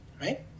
Right